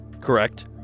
Correct